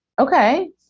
Okay